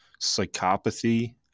psychopathy